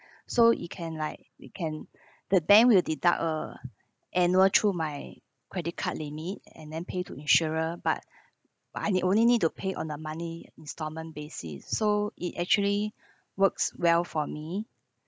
so it can like it can the bank will deduct a annual through my credit card limit and then pay to insurer but but I need only need to pay on the monthly installment basis so it actually works well for me